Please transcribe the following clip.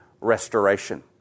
restoration